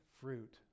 fruit